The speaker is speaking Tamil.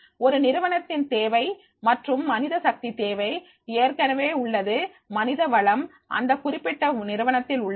ஒரு நிறுவனத்தின் தேவை மற்றும் மனித சக்தி தேவை ஏற்கனவே உள்ளது மனிதவளம் அந்தக் குறிப்பிட்ட நிறுவனத்தில் உள்ளது